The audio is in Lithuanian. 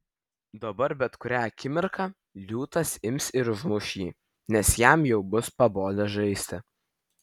dabar bet kurią akimirką liūtas ims ir užmuš jį nes jam jau bus pabodę žaisti